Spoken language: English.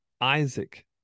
Isaac